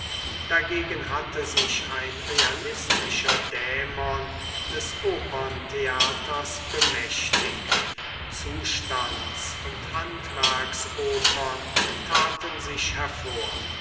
dagegen hatte sich ein realistischer dämon des operntheaters bemächtigt zustands und handwerksopern taten sich hervor